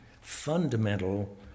fundamental